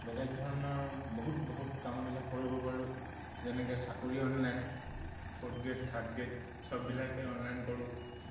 বেলেগ ধৰণৰ বহুত বহুত কামবিলাক কৰিব পাৰোঁ যেনেকৈ চাকৰি online fourth grade third grade চববিলাকে অনলাইন কৰোঁ